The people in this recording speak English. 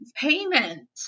payment